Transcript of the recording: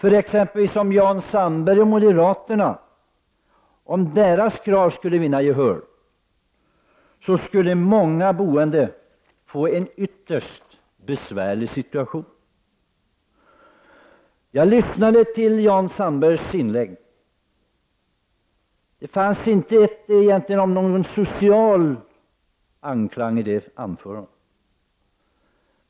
Om exempelvis moderaternas krav vinner gehör skulle många boende få en ytterst besvärlig situation. Jag lyssnade till Jan Sandbergs inlägg. Det fanns inte någon social anklang i det anförandet.